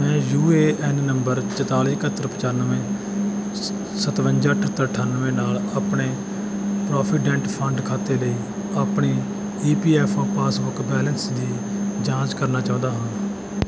ਮੈਂ U A N number ਚੁਤਾਲੀ ਇਕਹੱਤਰ ਪਚਾਨਵੇਂ ਸ ਸਤਵੰਜਾ ਅਠੱਤਰ ਅਠਾਨਵੇਂ ਨਾਲ ਆਪਣੇ ਪ੍ਰੋਵੀਡੈਂਟ ਫੰਡ ਖਾਤੇ ਲਈ ਆਪਣੀ E P F O passbook balance ਦੀ ਜਾਂਚ ਕਰਨਾ ਚਾਹੁੰਦਾ ਹਾਂ